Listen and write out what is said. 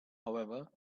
however